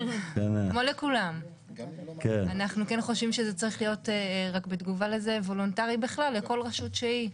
אנחנו כן חושבים שזה צריך להיות וולונטרי בכלל לכל רשות שהיא,